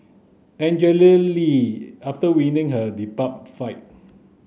Angela Lee after winning her debut fight